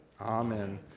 Amen